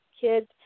kids